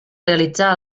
realitzar